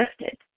lifted